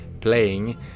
playing